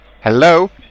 Hello